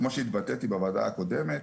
כמו שהתבטאתי בוועדה הקודמת.